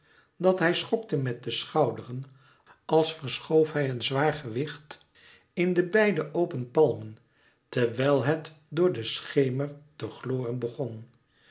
dat hij schokte met de schouderen als verschoof hij een zwaar gewicht in de beide open palmen terwijl het door den schemer te gloren begon